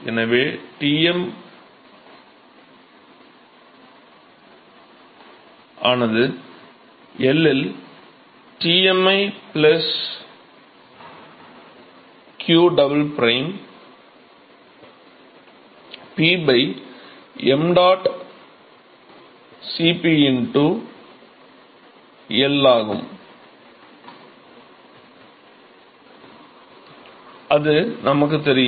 எனவே Tm ஆனது L இல் Tmi q double prime P ṁ Cp L ஆகும் இது நமக்குத் தெரியும்